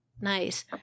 Nice